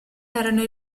erano